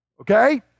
Okay